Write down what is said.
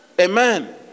Amen